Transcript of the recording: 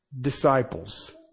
disciples